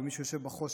ומי שיושב בחושך,